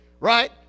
right